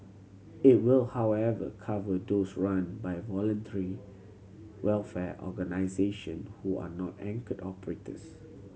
it will however cover those run by voluntary welfare organisation who are not anchored operators